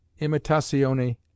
imitazione